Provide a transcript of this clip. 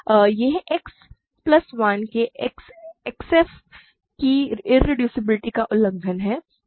यह X plus 1 के X X f की इरेड्यूसिबिलिटी का उल्लंघन करता है